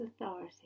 authority